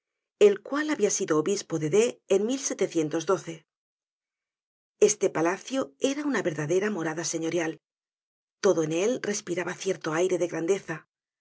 el cual habia sido obispo de d en este palacio era una verdadera morada señorial todo en él respiraba cierto aire de grandeza las